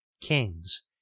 kings